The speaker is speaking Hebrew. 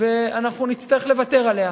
ואנחנו נצטרך לוותר עליה.